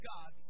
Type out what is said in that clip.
God